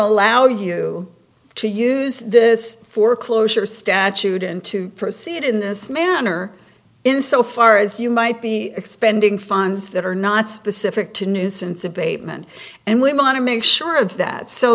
allow you to use this foreclosure statute and to proceed in this manner in so far as you might be expending funds that are not specific to nuisance abatement and women want to make sure of that so